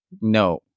No